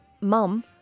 mum